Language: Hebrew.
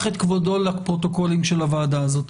את כבודו לפרוטוקולים של הוועדה הזאת.